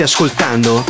Ascoltando